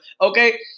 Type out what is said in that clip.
Okay